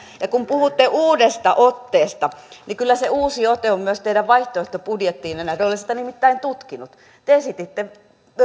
ja kun puhutte uudesta otteesta niin kyllä se uusi ote oli myös teidän vaihtoehtobudjetissanne olen sitä nimittäin tutkinut te esititte